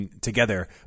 together